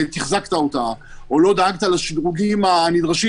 תחזקת אותה או שלא דאגת לשדרוגים הנדרשים